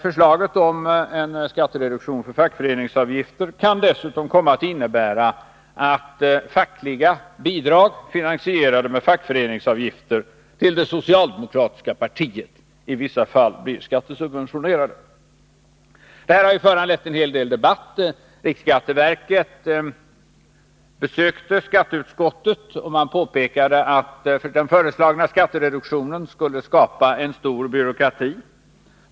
Förslaget om en skattereduktion för fackföreningsavgifter kan dessutom komma att innebära att fackliga bidrag, finansierade med fackföreningsavgifter, till det socialdemokratiska partiet i vissa fall blir skattesubventionerade. Det här förslaget har föranlett en hel del debatt. Riksskatteverket besökte skatteutskottet, och man påpekade att den föreslagna skattereduktionen skulle skapa en stor byråkrati.